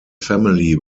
family